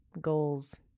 goals